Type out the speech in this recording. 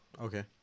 Okay